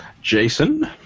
Jason